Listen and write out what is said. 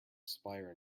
expire